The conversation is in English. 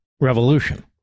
revolution